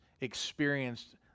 experienced